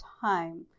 time